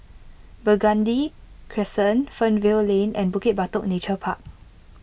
Burgundy Crescent Fernvale Lane and Bukit Batok Nature Park